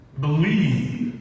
believe